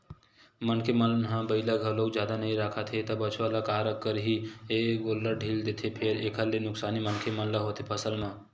मनखे मन ह बइला घलोक जादा नइ राखत हे त बछवा ल का करही ए गोल्लर ढ़ील देथे फेर एखर ले नुकसानी मनखे मन ल होथे फसल म